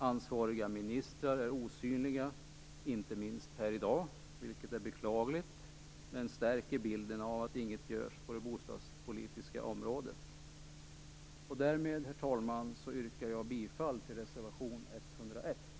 Ansvariga ministrar är osynliga, inte minst här i dag, vilket är beklagligt men stärker bilden av att inget görs på det bostadspolitiska området. Med detta, herr talman, yrkar jag bifall till reservation 101.